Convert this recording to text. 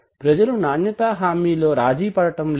ప్రజలు నాణ్యతా హామీ లో రాజీ పడడం లేదు